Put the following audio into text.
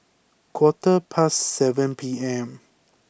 quarter past seven P M